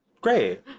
great